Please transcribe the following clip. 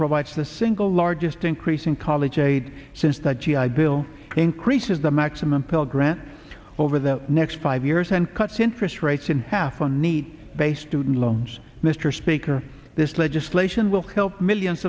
provides the single largest increase in college aid since the g i bill increases the maximum pell grant over the next five years and cuts interest rates in half on needs based and loans mr speaker this legislation will kill millions